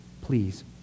please